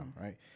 Right